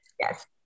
yes